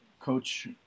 coach